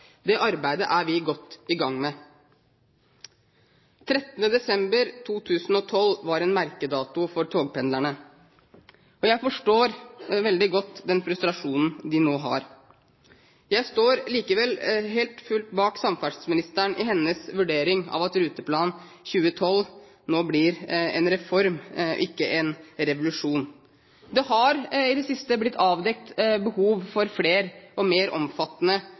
Det arbeidet er vi godt i gang med. 13. desember 2012 var en merkedato for togpendlerne. Jeg forstår veldig godt den frustrasjonen de nå har. Jeg står likevel helt og fullt bak samferdselsministeren i hennes vurdering av at Ruteplan 2012 nå blir en reform, ikke en revolusjon. Det har i det siste blitt avdekket behov for flere og mer omfattende